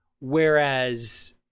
whereas